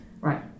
right